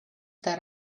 that